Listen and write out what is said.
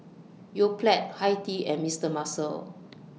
Yoplait Hi Tea and Mister Muscle